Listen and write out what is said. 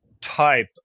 type